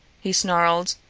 he snarled.